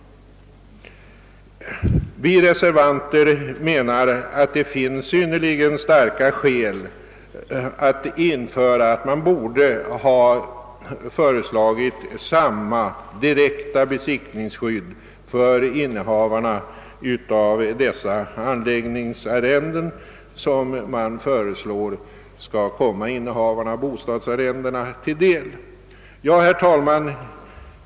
Reservanterna menar att det föreligger synnerligen starka skäl för att föreslå införandet av samma direkta besittningsskydd för innehavarna av anläggningsarrenden som enligt förslaget skall komma innehavarna av bostadsarrenden till del. Herr talman!